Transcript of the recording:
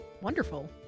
wonderful